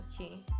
okay